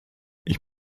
ich